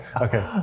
Okay